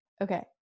Okay